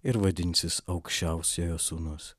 ir vadinsis aukščiausiojo sūnus